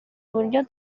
uburyo